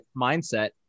mindset